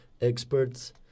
experts